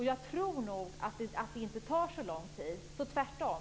Jag tror inte att det tar så lång tid. Tvärtom.